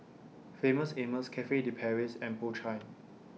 Famous Amos Cafe De Paris and Po Chai